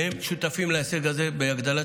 והם שותפים להישג הזה בהגדלת